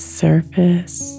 surface